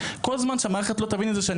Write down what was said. כל זמן שהמערכת לא תבין את זה.